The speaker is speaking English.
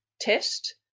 test